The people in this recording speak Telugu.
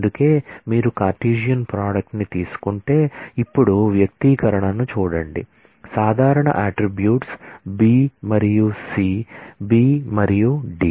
అందుకే మీరు కార్టెసియన్ ప్రోడక్ట్ ని తీసుకుంటే ఇప్పుడు వ్యక్తీకరణను చూడండి సాధారణ అట్ట్రిబ్యూట్స్ B మరియు C B మరియు D